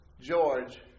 George